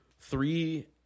Three